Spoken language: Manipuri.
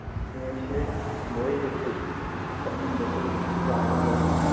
ꯑꯗꯨ ꯑꯩꯁꯦ ꯃꯣꯔꯦꯗꯒꯤ ꯆꯠꯅꯤꯡꯕꯗꯨ ꯌꯥꯒꯗ꯭ꯔꯣ